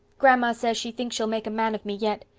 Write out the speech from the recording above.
grandma says she thinks she'll make a man of me yet.